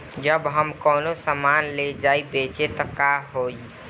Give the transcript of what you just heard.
जब हम कौनो सामान ले जाई बेचे त का होही?